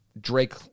Drake